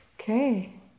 okay